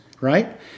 Right